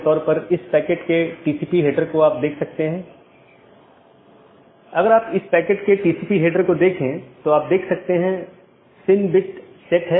AS number जो network के माध्यम से मार्ग का वर्णन करता है एक BGP पड़ोसी अपने साथियों को पाथ के बारे में बताता है